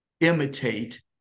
imitate